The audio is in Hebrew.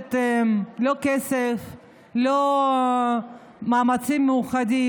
דורשת לא כסף ולא מאמצים מיוחדים: